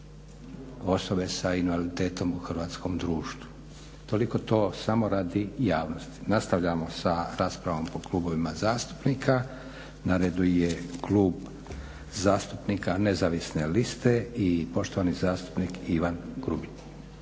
osobe s invaliditetom u hrvatskom društvu. Toliko o tome, samo radi javnosti. Nastavljamo sa raspravom po klubovima zastupnika. Na redu je Klub zastupnika nezavisne liste i poštovani zastupnik Ivan Grubišić.